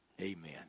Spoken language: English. Amen